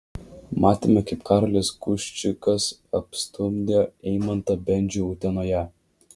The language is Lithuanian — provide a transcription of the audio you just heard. matėme kaip karolis guščikas apstumdė eimantą bendžių utenoje